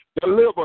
Deliver